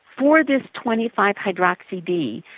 for this twenty five hydroxy d,